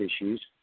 issues